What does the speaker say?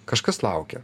kažkas laukia